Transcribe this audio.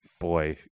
boy